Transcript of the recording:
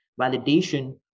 validation